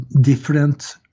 different